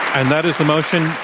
and that is the motion,